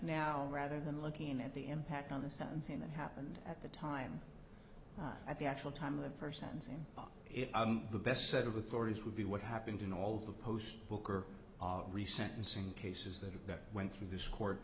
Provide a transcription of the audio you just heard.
now rather than looking at the impact on the sentencing that happened at the time at the actual time of the person's name if the best set of authorities would be what happened in all the post booker re sentencing cases that went through this court